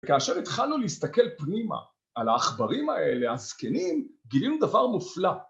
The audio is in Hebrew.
כאשר התחלנו להסתכל פנימה על העכברים האלה, הזקנים, גילינו דבר מופלא.